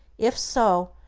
if so,